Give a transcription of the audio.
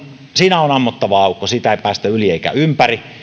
siinä on ammottava aukko siitä ei päästä yli eikä ympäri